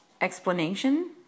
explanation